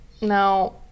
Now